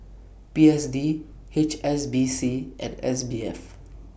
P S D H S B C and S B F